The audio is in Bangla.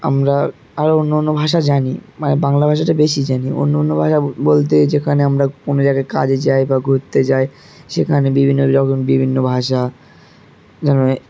আমরা আরও অন্য অন্য ভাষা জানি মানে বাংলা ভাষাটা বেশি জানি অন্য অন্য ভাষা বলতে যেখানে আমরা কোনো জায়গায় কাজে যাই বা ঘুরতে যাই সেখানে বিভিন্ন রকম বিভিন্ন ভাষা যেমন